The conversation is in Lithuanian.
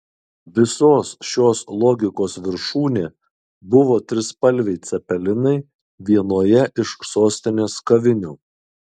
visos šios logikos viršūnė buvo trispalviai cepelinai vienoje iš sostinės kavinių